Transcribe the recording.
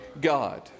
God